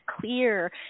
clear